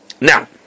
Now